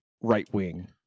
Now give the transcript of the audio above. right-wing